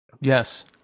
Yes